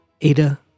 Ada